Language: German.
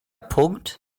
punkt